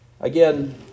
Again